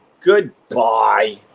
Goodbye